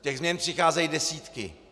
Těch změn přicházejí desítky.